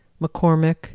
McCormick